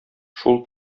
шул